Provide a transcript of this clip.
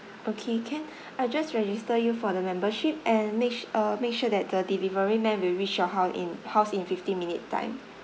okay can I just register you for the membership and make su~ uh make sure that the delivery man will reach your hou~ in house in fifteen minute time